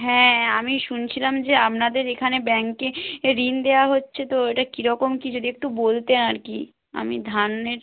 হ্যাঁ আমি শুনছিলাম যে আপনাদের এখানে ব্যাঙ্কে ঋণ দেওয়া হচ্ছে তো এটা কীরকম কী যদি একটু বলতেন আর কি আমি ধানের